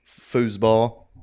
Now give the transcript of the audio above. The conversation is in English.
foosball